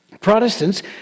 Protestants